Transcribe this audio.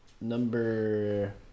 Number